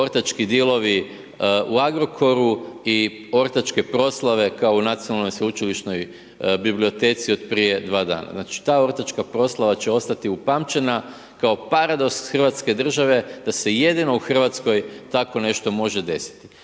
ortački dealovi u Agrokoru i ortačke proslave kao u NSB-u od prije dva dana. Znači ta ortačka proslava će ostati upamćena kao paradoks hrvatske države da se jedino u Hrvatskoj tako nešto može desiti